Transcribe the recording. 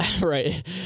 right